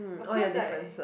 of course like